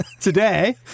today